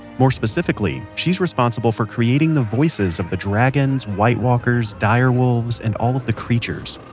more specifically, she's responsible for creating the voices of the dragons, white walkers, direwolves, and all of the creatures.